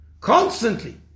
constantly